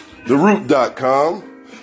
TheRoot.com